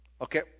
okay